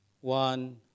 one